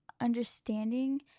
understanding